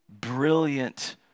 Brilliant